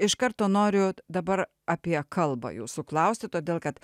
iš karto noriu dabar apie kalbą jūsų klausti todėl kad